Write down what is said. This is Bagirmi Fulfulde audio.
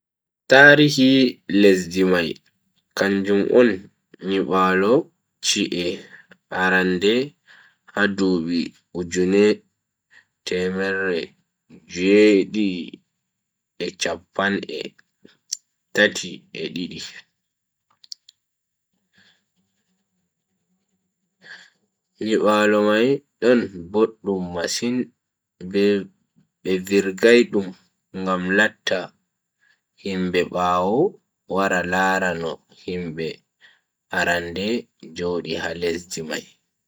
Tarihi lesdi mai kanjum on nyibaalu chi'e arande ha dubi ujune e temerre jui e chappan e tati e didi. nybaalu mai don boddum masin be virgai dum ngam latta himbe bawo wara lara no himbe arande Jodi ha lesdi mai.